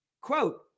Quote